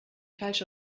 falsche